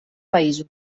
països